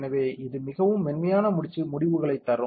எனவே இது மிகவும் மென்மையான முடிவுகளைத் தரும்